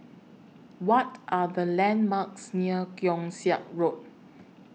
What Are The landmarks near Keong Saik Road